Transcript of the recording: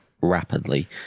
rapidly